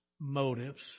motives